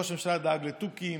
ראש הממשלה דאג לתוכים,